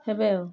ହେବେ ଆଉ